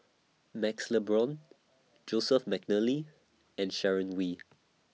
MaxLe Blond Joseph Mcnally and Sharon Wee